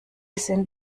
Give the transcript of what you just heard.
sind